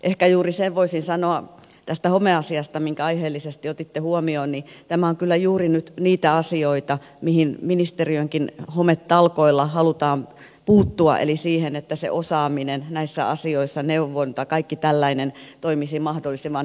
ehkä juuri sen voisin sanoa tästä homeasiasta minkä aiheellisesti otitte huomioon että tämä on kyllä juuri nyt niitä asioita mihin ministeriönkin hometalkoilla halutaan puuttua eli että se osaaminen näissä asioissa neuvonta kaikki tällainen toimisi mahdollisimman hyvin